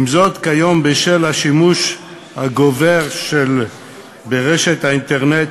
כיום, בשל השימוש הגובר ברשת האינטרנט